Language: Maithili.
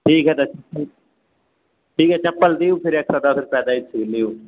ठीक हय तऽ ठीक हय चप्पल दियू फिर एक सए दश रूपैआ दै छी लिउ